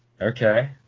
Okay